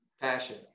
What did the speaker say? Passion